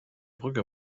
brücke